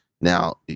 Now